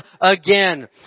again